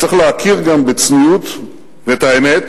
צריך להכיר גם בצניעות ואת האמת,